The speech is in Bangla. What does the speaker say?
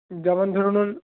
যেমন ধরুন